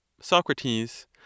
Socrates